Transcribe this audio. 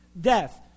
death